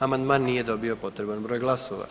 Amandman nije dobio potreban broj glasova.